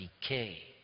decay